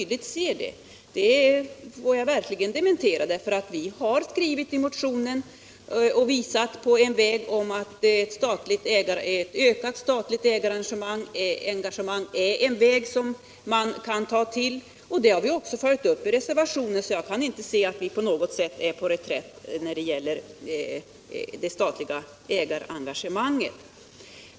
Dett vill jag verkligen dementera. Vi har i motionen visat på att ett ökat statligt ägarengagemang är en väg som kan tillgripas, och den tanken har vi också tagit upp i reservationen. Jag kan därför inte anse att vi på något sätt skulle befinna oss på reträtt i fråga om det statliga ägarengagemanget.